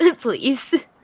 please